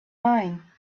mine